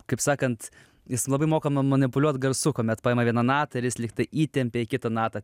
kaip sakant jis labai moka manipuliuot garsu kuomet paima vieną natą ir jis lyg tai įtempia į kitą natą